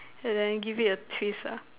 and then give it a twist ah